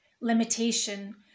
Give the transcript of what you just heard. limitation